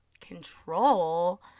control